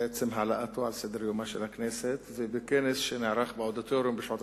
בעצם העלאתו על סדר-יומה של הכנסת ובכנס שנערך באודיטוריום בשעות